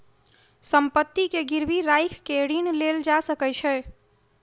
संपत्ति के गिरवी राइख के ऋण लेल जा सकै छै